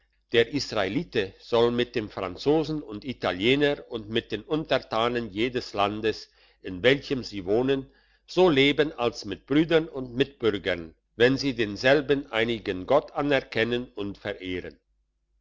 der israelite soll mit dem franzosen und italiener und mit den untertanen jedes landes in welchem sie wohnen so leben als mit brüdern und mitbürgern wenn sie denselben einigen gott anerkennen und verehren